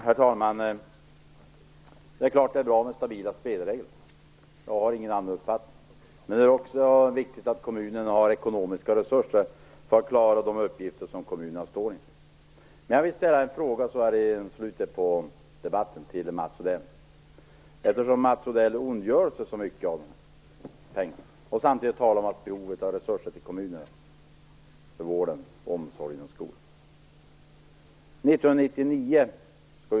Herr talman! Det är klart att det är bra med stabila spelregler. Jag har ingen annan uppfattning. Men det är också viktigt att kommunerna har ekonomiska resurser för att klara de uppgifter som kommunerna står inför. Jag vill ställa en fråga till Mats Odell så här i slutet av debatten, eftersom Mats Odell ondgör sig så mycket över pengarna och samtidigt talar om behovet av resurser till kommunerna för vården, omsorgen och skolan.